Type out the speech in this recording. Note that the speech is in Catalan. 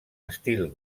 estil